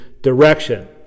direction